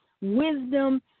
wisdom